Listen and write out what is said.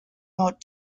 not